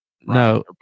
No